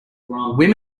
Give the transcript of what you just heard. women